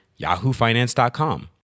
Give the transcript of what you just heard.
yahoofinance.com